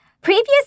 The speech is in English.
Previous